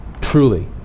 truly